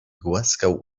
głaskał